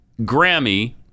Grammy